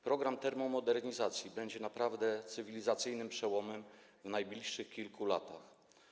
Program termomodernizacji będzie cywilizacyjnym przełomem w najbliższych kilku latach.